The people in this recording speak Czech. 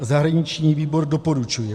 Zahraniční výbor doporučuje